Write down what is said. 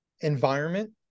environment